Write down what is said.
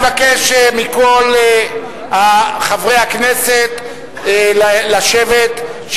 אני מבקש מכל חברי הכנסת לשבת,